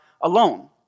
alone